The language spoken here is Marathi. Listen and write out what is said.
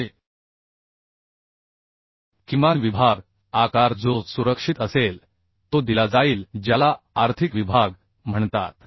म्हणजे किमान विभाग आकार जो सुरक्षित असेल तो दिला जाईल ज्याला आर्थिक विभाग म्हणतात